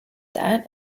that